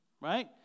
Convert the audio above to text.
right